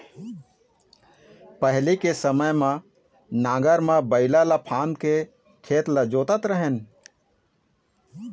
पहिली के समे म नांगर म बइला ल फांद के म खेत ल जोतत रेहेन